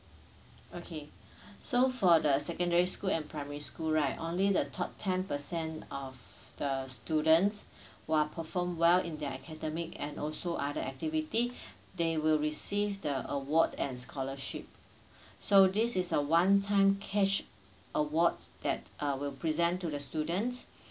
okay so for the secondary school and primary school right only the top ten percent of the students who are perform well in their academic and also other activity they will receive the award and scholarship so this is a one time cash awards that uh will present to the students